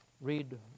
read